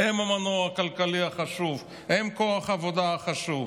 הם המנוע הכלכלי החשוב, הם כוח העבודה החשוב.